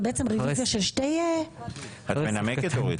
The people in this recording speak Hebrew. זה בעצם רביזיה של שתי --- את מנמקת, אורית?